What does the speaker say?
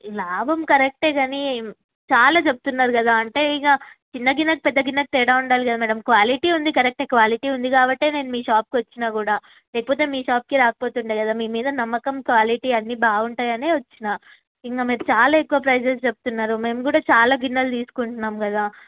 లాభం కరెక్ట్ కానీ చాలా చెప్తున్నారు కదా అంటే ఇక చిన్న గిన్నెకి పెద్ద గిన్నెకి తేడా ఉండాలి కదా మేడం క్వాలిటీ ఉంది కరెక్ట్ క్వాలిటీ ఉంది కాబట్టి నేను మీ షాప్కి వచ్చిన కూడా లేకపోతే మీ షాప్కి రాకపోతు ఉండే కదా మీద నమ్మకం క్వాలిటీ అన్నీ బాగుంటాయి అని వచ్చిన ఇంక మీరు చాలా ఎక్కువ ప్రైసెస్ చెప్తున్నారు మేము కూడా చాలా గిన్నెలు తీసుకుంటున్నాం కదా